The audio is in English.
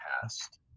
past